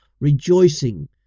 rejoicing